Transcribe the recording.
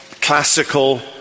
classical